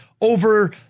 over